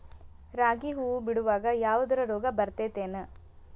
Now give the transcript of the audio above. ರಾಗಿ ಹೂವು ಬಿಡುವಾಗ ಯಾವದರ ರೋಗ ಬರತೇತಿ ಏನ್?